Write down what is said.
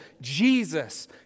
Jesus